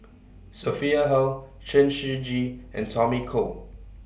Sophia Hull Chen Shiji and Tommy Koh